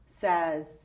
says